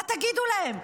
מה תגידו להם?